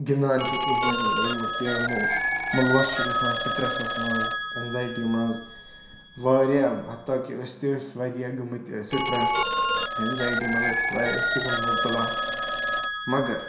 گِنٛدان چھِ کِہیٖنۍ یِم گیمو مُلوث چھِ گژھان سٕٹرٛسَس منٛز ایٚنزایٹی منٛز واریاہ حتیٰ کہِ أسۍ تہِ ٲسۍ واریاہ گٔمٕتۍ سٕٹرٛس ایٚنزایٹی منٛز ٲسۍ واریاہ أسۍ تہِ گٔمٕتۍ مبتلا مگر